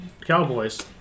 Cowboys